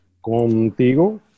contigo